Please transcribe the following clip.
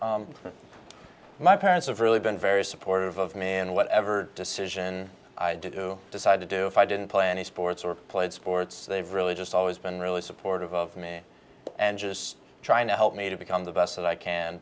so my parents have really been very supportive of me and whatever decision i did decide to do if i didn't play any sports or played sports they've really just always been really supportive of me and just trying to help me to become the best that i can